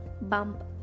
bump